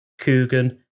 Coogan